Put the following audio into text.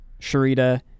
Sharita